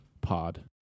pod